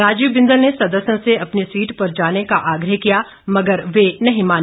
राजीव बिंदल ने सदस्यों से अपनी सीट पर जाने का आग्रह किया मगर वे नहीं माने